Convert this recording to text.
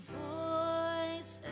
voice